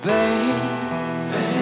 Babe